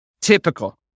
typical